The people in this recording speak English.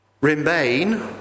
remain